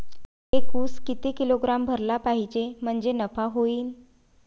एक उस किती किलोग्रॅम भरला पाहिजे म्हणजे नफा होईन?